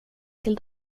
till